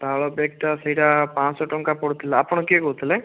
ତାଳ ବ୍ୟାଗ୍ଟା ସେଇଟା ପାଞ୍ଚ ଶହ ଟଙ୍କା ପଡ଼ୁଥିଲା ଆପଣ କିଏ କହୁଥିଲେ